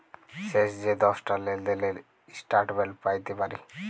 শেষ যে দশটা লেলদেলের ইস্ট্যাটমেল্ট প্যাইতে পারি